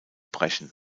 brechen